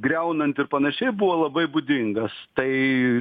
griaunant ir panašiai buvo labai būdingas tai